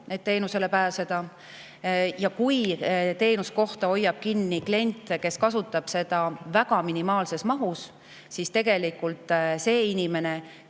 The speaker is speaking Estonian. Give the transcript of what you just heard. et teenusele pääseda. Kui teenuskohta hoiab kinni klient, kes kasutab seda minimaalses mahus, siis tegelikult see inimene,